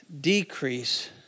decrease